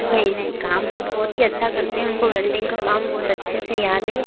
नहीं नहीं काम तो बहुत ही अच्छा करते हैं उनको वेल्डिंग का काम बहुत अच्छे से याद है